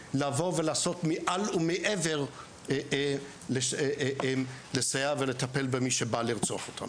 לאומי לבוא ולעשות מעל ומעבר כדי לסייע ולטפל במי שבא לרצוח אותנו.